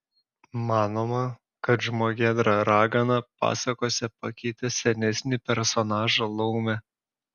manoma kad žmogėdra ragana pasakose pakeitė senesnį personažą laumę